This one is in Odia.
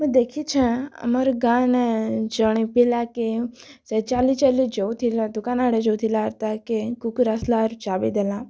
ମୁଇଁ ଦେଖିଛେଁ ଆମର୍ ଗାଁ'ନେ ଜଣେ ପିଲାକେ ସେ ଚାଲି ଚାଲି ଯାଉଥିଲା ଦୁକାନ୍ ଆଡ଼େ ଯାଉଥିଲା ଆର୍ ତାହାକେ କୁକୁର୍ ଆସ୍ଲା ଆର୍ ଚାବିଦେଲା